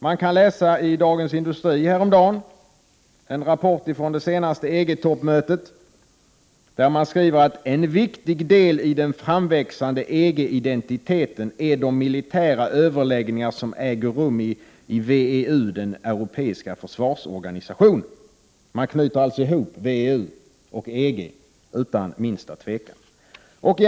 Man kunde läsa i Dagens Industri härom dagen en rapport från det senaste EG-toppmötet, där det framhålls: En viktig del i den framväxande EG-identiteten är de militära överläggningar som äger rum i WEU, den europeiska försvarsorganisationen. Man knyter alltså utan minsta tvekan ihop WEU och EG.